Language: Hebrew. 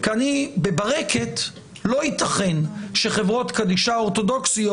בברקת לא ייתכן שחברות קדישא אורתודוקסיות